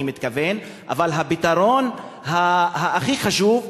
אני מתכוון אבל הפתרון הכי חשוב,